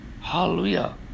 hallelujah